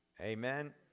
Amen